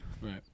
right